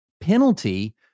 penalty